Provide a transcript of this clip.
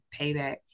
payback